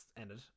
ended